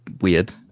weird